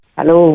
Hello